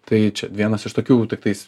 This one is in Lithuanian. tai čia vienas iš tokių tiktais